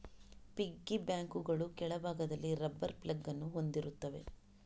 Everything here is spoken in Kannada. ಪಿಗ್ಗಿ ಬ್ಯಾಂಕುಗಳು ಕೆಳಭಾಗದಲ್ಲಿ ರಬ್ಬರ್ ಪ್ಲಗ್ ಅನ್ನು ಹೊಂದಿರುತ್ತವೆ